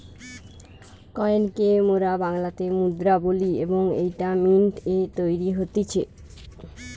coin কে মোরা বাংলাতে মুদ্রা বলি এবং এইটা মিন্ট এ তৈরী হতিছে